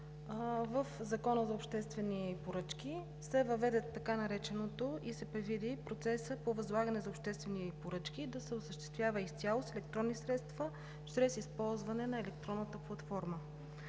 в Закона за обществени поръчки се въвежда и се предвижда процесът по възлагане на обществени поръчки да се осъществява изцяло с електронни средства чрез използване на електронната платформа.